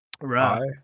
Right